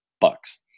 bucks